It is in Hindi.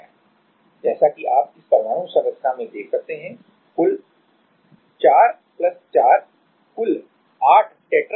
जैसा कि आप इस परमाणु संरचना में देख सकते हैं कुल 4 प्लस 4 कुल 8 टेट्राहेड्रल रिक्तियां हैं